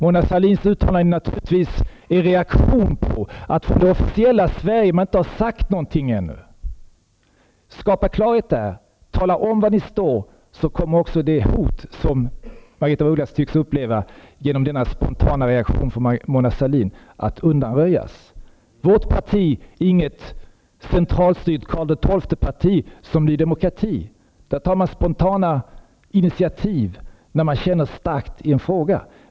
Mona Sahlins uttalande är naturligtvis en reaktion på att det officiella Sverige ännu inte har sagt något. Skapa klarhet där och tala om var regeringen står, så kommer också det hot som Margaretha af Ugglas tycks uppleva genom denna spontana reaktion från Mona Sahlin att undanröjas. Vårt parti är inget centralstyrt Karl XII-parti som Ny Demokrati. I vårt parti tar man spontana initiativ när man känner starkt i en fråga.